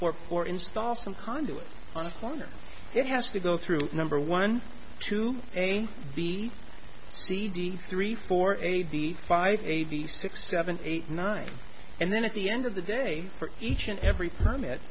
or pour install some conduit on a corner it has to go through number one two a b c d three four eighty five eighty six seven eight nine and then at the end of the day for each and every permit